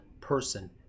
person